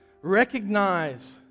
recognize